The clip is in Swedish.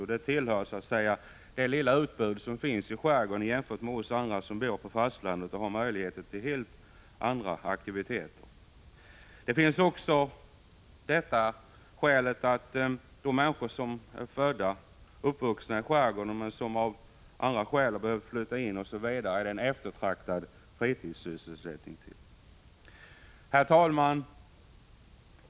Det här tillhör det lilla utbud som finns i skärgården, där man inte har möjligheter till samma aktiviteter som vi som bor på fastlandet. Ett annat skäl är att detta för de människor som är födda och uppvuxna i skärgården men som har flyttat in till fastlandet är en eftertraktad fritidssysselsättning. Herr talman!